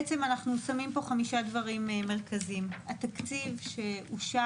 בעצם אנחנו שמים פה חמישה דברים מרכזיים - התקציב שאושר,